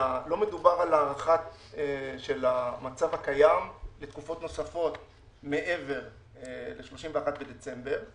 לא מדובר על הארכה של המצב הקיים לתקופות נוספות מעבר ל-31 בדצמבר.